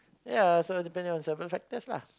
ya so depending on several factors lah